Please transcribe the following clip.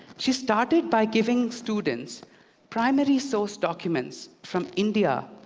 she started by giving students primary source documents from india,